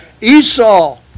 Esau